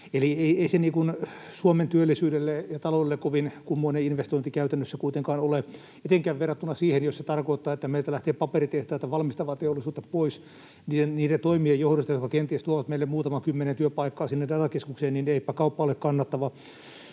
Ei se Suomen työllisyydelle ja taloudelle kovin kummoinen investointi käytännössä kuitenkaan ole etenkään verrattuna siihen, jos se tarkoittaa, että meiltä lähtee paperitehtaita, valmistavaa teollisuutta pois niiden toimien johdosta, jotka kenties tuovat meille muutaman kymmenen työpaikkaa sinne datakeskukseen — eipä kauppa ole kannattava.